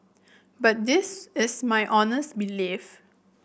but this is my honest belief